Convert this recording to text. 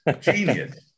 genius